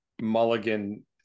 Mulligan